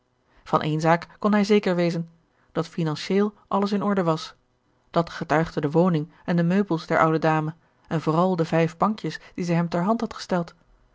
van ééne zaak kon hij zeker wezen dat finantieel alles in orde was dat getuigde de woning en de meubels der oude dame en vooral de vijf bankjes die zij hem ter hand had gesteld